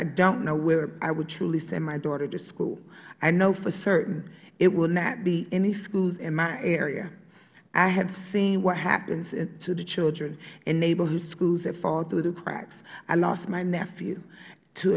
i don't know where i will truly send my daughter to school i know for certain it will not be any schools in my area i have seen what happens to the children in neighborhood that fall through the cracks i lost my nephew to